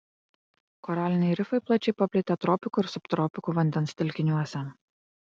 koraliniai rifai plačiai paplitę tropikų ir subtropikų vandens telkiniuose